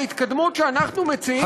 ההתקדמות שאנחנו מציעים היום בכנסת,